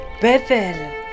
Bethel